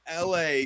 la